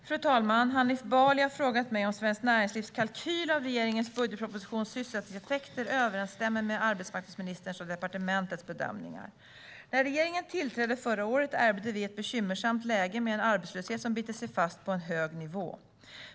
Fru talman! Hanif Bali har frågat mig om Svenskt Näringslivs kalkyl av regeringens budgetpropositions sysselsättningseffekter överensstämmer med arbetsmarknadsministerns och departementets bedömningar. När regeringen tillträdde förra året ärvde den ett bekymmersamt läge med en arbetslöshet som bitit sig fast på en hög nivå.